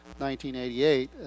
1988